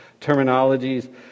terminologies